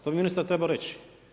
To bi ministar trebao reći.